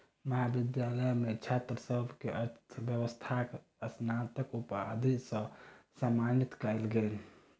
महाविद्यालय मे छात्र सभ के अर्थव्यवस्थाक स्नातक उपाधि सॅ सम्मानित कयल गेल